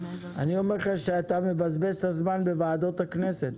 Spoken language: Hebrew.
אני אומר לך שאתה מבזבז את הזמן בוועדות הכנסת.